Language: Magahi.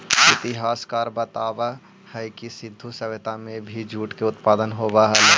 इतिहासकार बतलावऽ हई कि सिन्धु सभ्यता में भी जूट के उत्पादन होवऽ हलई